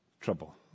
trouble